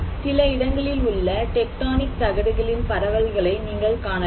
சில இடங்களில் உள்ள டெக்டானிக் தகடுகளின் பரவல்களை நீங்கள் காணலாம்